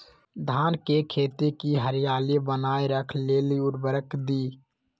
धान के खेती की हरियाली बनाय रख लेल उवर्रक दी?